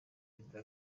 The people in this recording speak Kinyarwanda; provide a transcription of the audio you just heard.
perezida